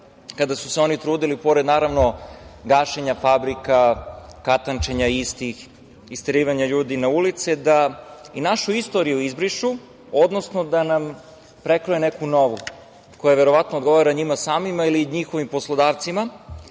kada su se oni trudili pored, naravno, gašenja fabrika, katančenja istih, isterivanja ljudi na ulice, da i našu istoriju izbrišu, odnosno da nam prekroje neku novu, koja verovatno odgovara njima samima ili njihovim poslodavcima,